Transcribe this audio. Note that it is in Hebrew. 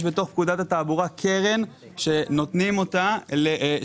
יש בתוך פקודת התעבורה קרן שמחליטים רשויות